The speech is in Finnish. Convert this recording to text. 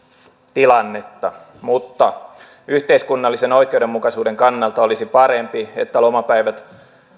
tilannetta mutta yhteiskunnallisen oikeudenmukaisuuden kannalta olisi parempi että lomapäivät